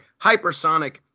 hypersonic